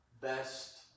best